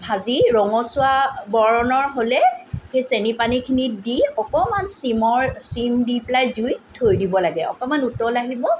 ভাজি ৰঙচুৱা বৰণৰ হ'লে সেই চেনি পানীখিনিত দি অকমাণ চিমৰ চিম দি পেলাই জুইত থৈ দিব লাগে অকণমাণ উতল আহিব